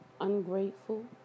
ungrateful